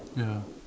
ya